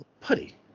Putty